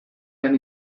jan